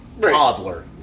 toddler